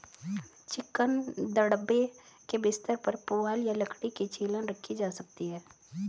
chicken दड़बे के बिस्तर पर पुआल या लकड़ी की छीलन रखी जा सकती है